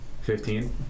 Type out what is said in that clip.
Fifteen